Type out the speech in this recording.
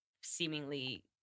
seemingly